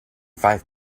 five